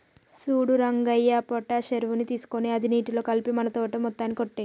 సూడు రంగయ్య పొటాష్ ఎరువుని తీసుకొని అది నీటిలో కలిపి మన తోట మొత్తానికి కొట్టేయి